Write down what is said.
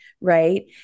right